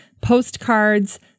postcards